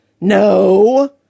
No